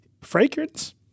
fragrance